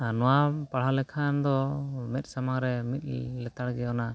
ᱟᱨ ᱱᱚᱣᱟᱢ ᱯᱟᱲᱦᱟᱣ ᱞᱮᱠᱷᱟᱱ ᱫᱚ ᱢᱮᱫ ᱥᱟᱢᱟᱝᱨᱮ ᱢᱤᱫ ᱞᱮᱛᱟᱜᱮ ᱚᱱᱟ